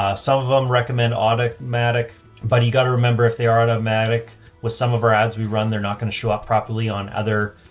ah some of them recommend audit madec buddy, you got to remember if they are nomadic with some of our ads we run, they're not going to show up properly on other,